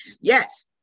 Yes